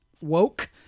woke